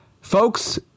folks